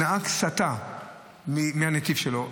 נהג סטה מהנתיב שלו,